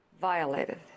Violated